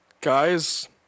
Guys